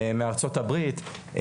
מארצות הברית,